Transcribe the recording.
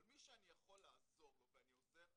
אבל מי שאני יכול לעזור לו, אני עוזר.